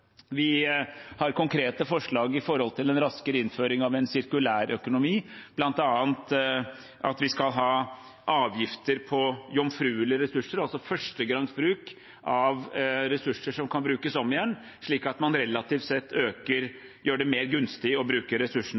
Vi har konkrete forslag til en raskere innføring av en sirkulær økonomi, bl.a. at vi skal ha avgifter på jomfruelige ressurser, altså førstegangsbruk av ressurser som kan brukes om igjen, slik at man relativt sett gjør det mer gunstig å bruke ressursene